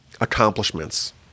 accomplishments